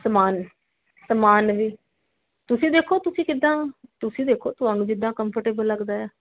ਸਮਾਨ ਸਮਾਨ ਵੀ ਤੁਸੀਂ ਦੇਖੋ ਤੁਸੀਂ ਕਿੱਦਾਂ ਤੁਸੀਂ ਦੇਖੋ ਤੁਹਾਨੂੰ ਜਿੱਦਾਂ ਕੰਫਰਟੇਬਲ ਲੱਗਦਾ ਹੈ